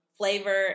flavor